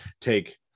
take